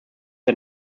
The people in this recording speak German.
der